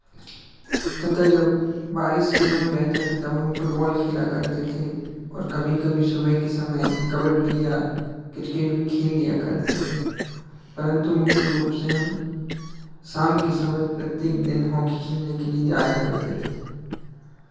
तथा जब बारिश का समय रहता था तब हम फुटबॉल खेला करते थे और कभी कभी सुबह के समय कबड्डी या क्रिकेट भी खेल लिया करते थे परंतु मुख्य रूप से हम शाम के समय प्रत्येक दिन हॉकी खेलने के लिये जाया करते थे